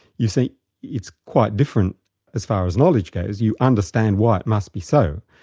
you see it's quite different as far as knowledge goes, you understand why it must be so,